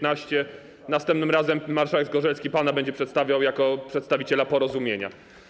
Następnym razem marszałek Zgorzelski pana będzie przedstawiał jako przedstawiciela Porozumienia.